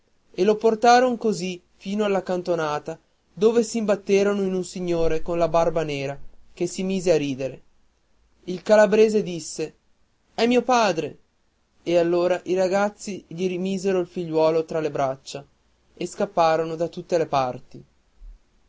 e lo portaron così fino alla cantonata dove s'imbatterono in un signore con la barba nera che si mise a ridere il calabrese disse è mio padre e allora i ragazzi gli misero il figliuolo tra le braccia e scapparono da tutte le parti